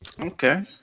Okay